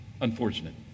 unfortunate